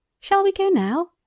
shall we go now?